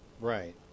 Right